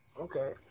okay